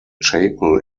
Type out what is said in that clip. chapel